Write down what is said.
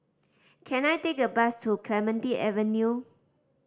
can I take a bus to Clementi Avenue